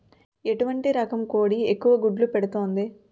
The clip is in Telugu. ఎటువంటి రకం కోడి ఎక్కువ గుడ్లు పెడుతోంది?